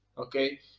Okay